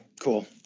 Cool